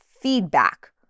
feedback